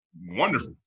wonderful